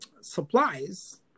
supplies